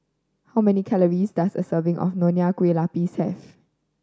how many calories does a serving of Nonya Kueh Lapis have